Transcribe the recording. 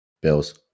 Bills